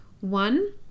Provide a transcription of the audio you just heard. One